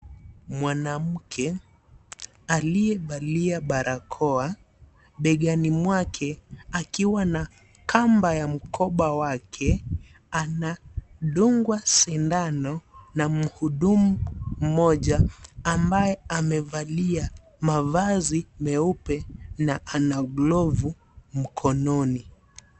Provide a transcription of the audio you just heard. Mwanamke aliyevalia barakoa begani mwake akiwa na kamba ya mkoba wake anadungwa sindano na mhudumu mmoja ambaye amevalia mavazi meupe na ana glovu mkononi.